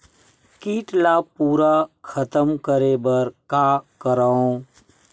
कीट ला पूरा खतम करे बर का करवं?